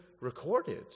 recorded